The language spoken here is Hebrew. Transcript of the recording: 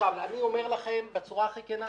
אני אומר לכם בצורה הכי כנה,